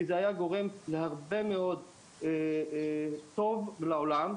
כי זה היה גורם להרבה מאוד טוב לעולם,